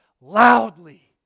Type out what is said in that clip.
loudly